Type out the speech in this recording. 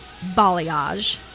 balayage